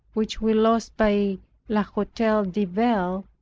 which we lost by l'hotel de ville.